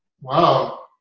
Wow